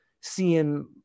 seeing